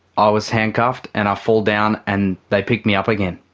i was handcuffed and i fall down and they pick me up again.